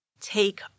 take